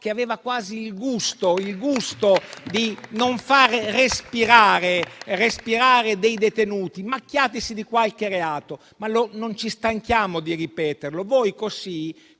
che aveva quasi il gusto di non far respirare dei detenuti macchiatisi di qualche reato. Non ci stanchiamo di ripeterlo: con